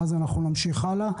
ואז נמשיך הלאה.